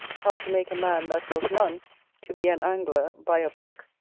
how to make a man that was none to be an angler by a book,